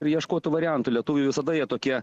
ir ieškotų variantų lietuvių visada jie tokie